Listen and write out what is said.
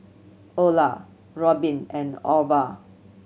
Olar Robin and Orval